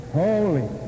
holy